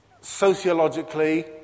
sociologically